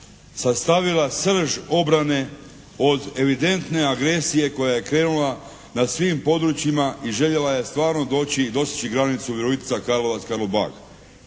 sastavila srž obrane od evidentne agresije koja je krenula na svim područjima i željela je stvarno doći i dostići granicu Virovitica-Karlovac-Karlobag.